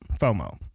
FOMO